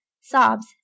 sobs